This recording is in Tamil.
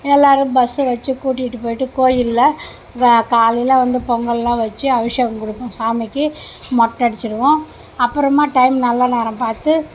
எல்லாேரும் பஸ்ஸு வச்சு கூட்டிகிட்டு போய்விட்டு கோயிலில் இந்த காலையில் வந்து பொங்கெல்லாம் வச்சு அபிஷேகம் கொடுப்போம் சாமிக்கு மொட்டை அடிச்சுருவோம் அப்புறமா டைம் நல்ல நேரம் பார்த்து